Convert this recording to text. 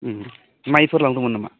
माइफोर लांदोंमोन नामा